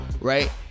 right